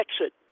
exit